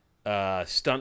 Stunt